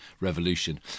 revolution